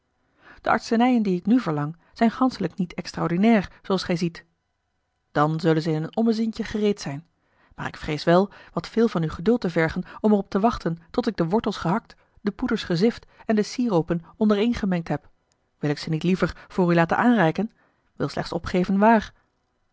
de artsenijen die ik nu verlang zijn ganschelijk niet extraordinair zooals gij ziet dan zullen ze in een ommezientje gereed zijn maar ik vrees wel wat veel van uw geduld te vergen om er op te wachten tot ik de wortels gehakt de poeders gezift en de siropen onderééngemengd heb wil ik ze niet liever voor u laten aanreiken wil slechts opgeven waar